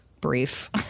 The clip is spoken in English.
brief